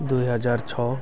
दुई हजार छ